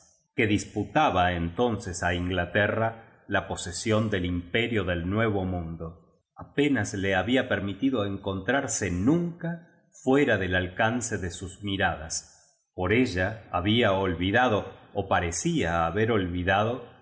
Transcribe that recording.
que disputaba entonces a in glaterra la posesión del imperio del nuevo mundo apenas le había permitido encontrarse nunca fuera del alcance de sus miradas por ella había olvidado ó parecía haber olvidado